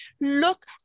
Look